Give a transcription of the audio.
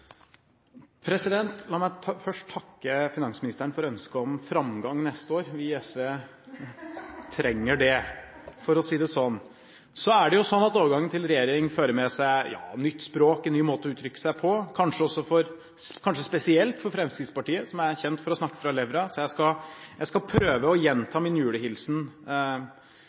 La meg først takke finansministeren for ønsket om framgang neste år. Vi i SV trenger det, for å si det sånn. Det er jo sånn at overgangen til regjering fører med seg nytt språk og nye måter å uttrykke seg på – kanskje spesielt for Fremskrittspartiet, som er kjent for å snakke rett fra levra – så jeg skal prøve å gjenta